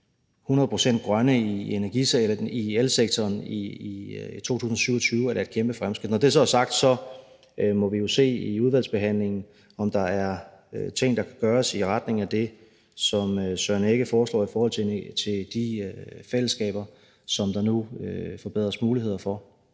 grønne i elsektoren i 2027, er da et kæmpe fremskridt. Når det så er sagt, må vi jo se i udvalgsbehandlingen, om der er ting, der kan gøres i retning af det, som hr. Søren Egge Rasmussen foreslår, i forhold til de fællesskaber, som der nu forbedres muligheder for.